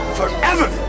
forever